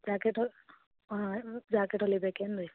jacket ಹಾಂ jacket ಹೊಲಿಬೇಕ್ ಏನು ರೀ